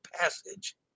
Passage